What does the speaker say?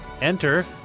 enter